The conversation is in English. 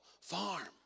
farm